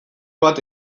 bat